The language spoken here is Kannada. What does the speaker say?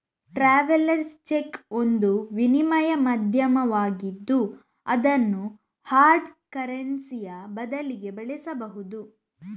ಟ್ರಾವೆಲರ್ಸ್ ಚೆಕ್ ಒಂದು ವಿನಿಮಯ ಮಾಧ್ಯಮವಾಗಿದ್ದು ಅದನ್ನು ಹಾರ್ಡ್ ಕರೆನ್ಸಿಯ ಬದಲಿಗೆ ಬಳಸಬಹುದು